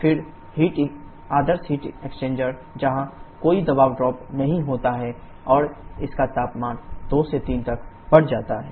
2 फिर आदर्श heat exchanger जहां कोई दबाव ड्रॉप नहीं होता है और इसका तापमान 2 से 3 तक बढ़ जाता है